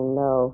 no